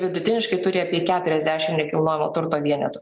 vidutiniškai turi apie keturiasdešimt nekilnojamo turto vienetų